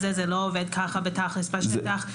אבל זה לא עובד כך תכלס בשטח.